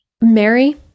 mary